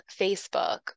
Facebook